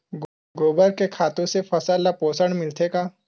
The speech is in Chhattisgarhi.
गोबर के खातु से फसल ल पोषण मिलथे का?